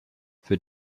für